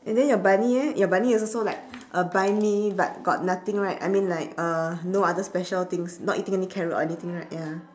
and then your bunny eh your bunny is also like uh buy me but got nothing right I mean like uh no other special things not eating any carrot or anything right ya